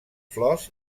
flors